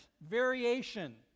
variation